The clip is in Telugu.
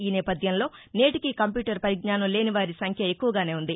ఈనేపథ్యంలో నేటికి కంప్యూటర్ పరిజ్ఞానం లేని వారి సంఖ్య ఎక్కువుగానే ఉంది